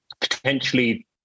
Potentially